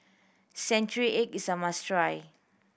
century egg is a must try